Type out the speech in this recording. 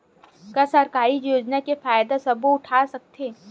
का सरकारी योजना के फ़ायदा सबो उठा सकथे?